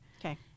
Okay